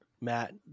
Matt